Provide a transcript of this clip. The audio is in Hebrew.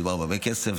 מדובר בהרבה כסף.